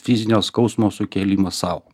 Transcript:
fizinio skausmo sukėlimas sau